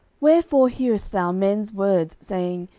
wherefore hearest thou men's words, saying,